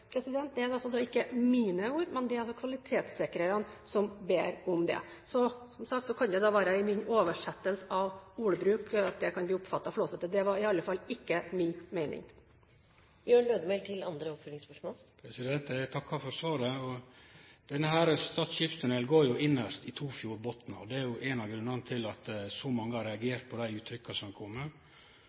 Det er altså ikke mine ord, men det er kvalitetssikrerne som ber om det. Så, som sagt, det kan være i min oversettelse og ordbruk at jeg kan bli oppfattet som flåsete. Det var i alle fall ikke min mening. Eg takkar for svaret. Stad skipstunnel går jo innarst i to fjordbotnar, og det er éin av grunnane til at så mange har reagert på dei uttrykka som